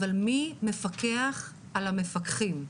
אבל מי מפקח על המפקחים,